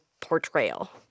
portrayal